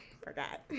Forgot